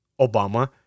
Obama